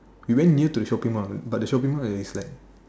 we went near to the shopping Mall but the shopping Mall is like